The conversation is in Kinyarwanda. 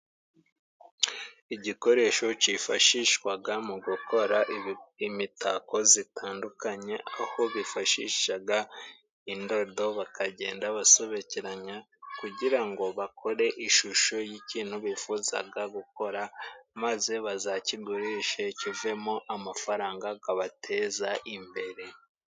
Igikoresho cyifashishwaga mu gukora imitako zitandukanye, aho bifashishaga indodo bakagenda basobekeranya kugira ngo bakore ishusho y'ikintu bifuzaga gukora, maze bazakigurishe kivemo amafaranga gabateza imbere.